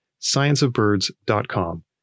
scienceofbirds.com